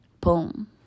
boom